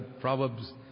Proverbs